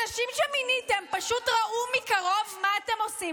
אנשים שמיניתם פשוט ראו מקרוב מה אתם עושים,